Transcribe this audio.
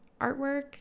artwork